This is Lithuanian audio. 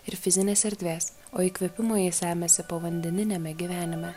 ir fizinės erdvės o įkvėpimo ji semiasi povandeniniame gyvenime